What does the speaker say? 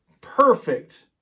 perfect